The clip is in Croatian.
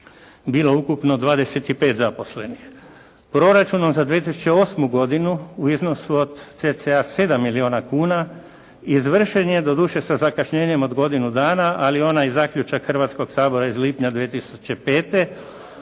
bilo ukupno 25 zaposlenih. Proračunom za 2008. godinu u iznosu od cca 7 milijuna kuna izvršen je doduše sa zakašnjenjem od godinu dana ali onaj zaključak Hrvatskog sabora iz lipnja 2005. tako